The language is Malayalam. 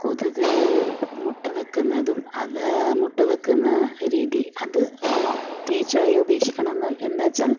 കൊതുക് മുട്ട വെക്കുന്നതും അത് മുട്ട വെക്കുന്ന രീതി അത് നമ്മൾ തീർച്ചയായും ഉപേക്ഷിക്കണമെന്ന് എന്ന് വെച്ചാൽ